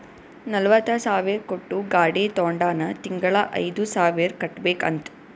ನಲ್ವತ ಸಾವಿರ್ ಕೊಟ್ಟು ಗಾಡಿ ತೊಂಡಾನ ತಿಂಗಳಾ ಐಯ್ದು ಸಾವಿರ್ ಕಟ್ಬೇಕ್ ಅಂತ್